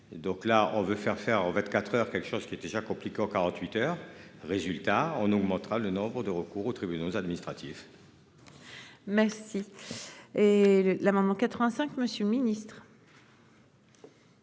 donc là on veut faire faire aux 24h quelque chose qui est déjà compliqué en 48 heures, résultat on augmentera le nombre de recours aux tribunaux administratifs. Dans le. Merci et l'maman. 85. Monsieur le Ministre.